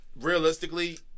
realistically